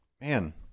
man